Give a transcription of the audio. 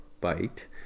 bite